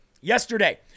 Yesterday